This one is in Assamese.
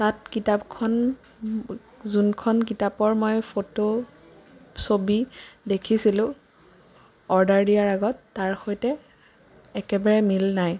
তাত কিতাপখন যোনখন কিতাপৰ মই ফটো ছবি দেখিছিলোঁ অৰ্ডাৰ দিয়াৰ আগত তাৰ সৈতে একেবাৰে মিল নাই